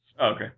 Okay